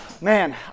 Man